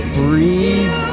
breathe